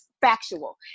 factual